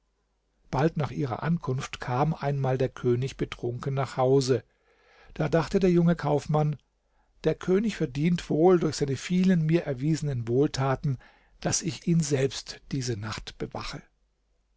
bald nach ihrer ankunft kam einmal der könig betrunken nach hause da dachte der junge kaufmann der könig verdient wohl durch seine vielen mir erwiesenen wohltaten daß ich ihn selbst diese nacht bewache